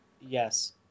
Yes